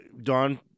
Don